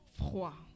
froid